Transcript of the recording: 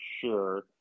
sure